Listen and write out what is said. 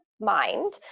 mind